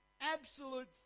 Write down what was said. absolute